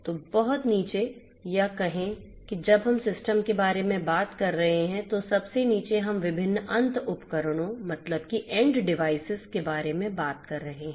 तो बहुत नीचे या हम कहें कि जब हम सिस्टम के बारे में बात कर रहे हैं तो सबसे नीचे हम विभिन्न अंत उपकरणों मतलब कि एन्ड डिवायसिस के बारे में बात कर रहे हैं